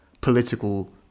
political